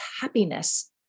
happiness